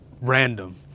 random